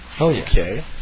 Okay